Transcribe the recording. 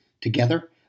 together